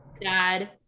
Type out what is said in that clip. dad